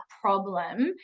problem